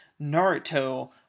Naruto